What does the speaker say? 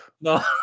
No